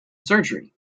surgery